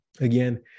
again